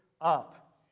up